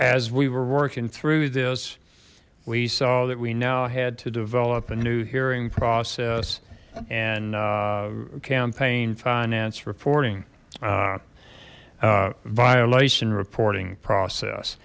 as we were working through this we saw that we now had to develop a new hearing process and campaign finance reporting violation reporting process